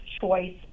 choice